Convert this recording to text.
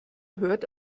hört